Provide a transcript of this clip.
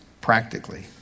practically